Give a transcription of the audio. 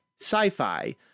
sci-fi